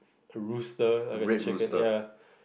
a rooster like a chicken ya